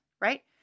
right